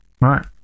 Right